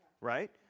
right